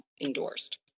endorsed